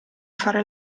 fare